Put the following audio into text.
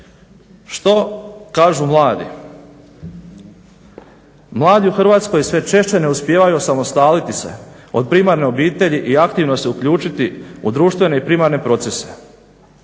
Što kažu mladi, mladi u Hrvatskoj sve češće ne uspijevaju osamostaliti se od primarne obitelji i aktivno se uključiti u društvene i primarne procese.